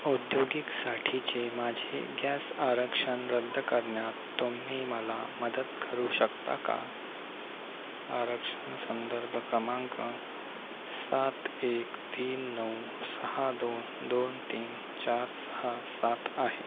औद्योगिकसाठीचे माझे गॅस आरक्षण रद्द करण्यात तुम्ही मला मदत करू शकता का आरक्षण संदर्भ क्रमांक सात एक तीन नऊ सहा दोन दोन तीन चार सहा सात आहे